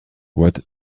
what